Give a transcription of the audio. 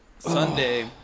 Sunday